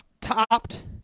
topped